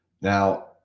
Now